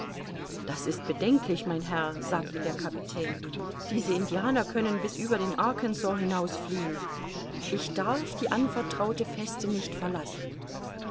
das ist bedenklich mein herr sagte der kapitän diese indianer können bis über den arkansas hinaus fliehen ich darf die anvertraute feste nicht verlassen